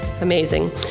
Amazing